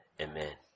amen